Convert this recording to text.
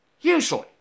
Usually